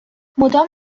مدام